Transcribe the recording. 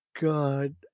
god